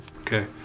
Okay